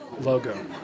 logo